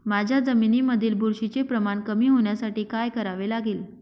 माझ्या जमिनीमधील बुरशीचे प्रमाण कमी होण्यासाठी काय करावे लागेल?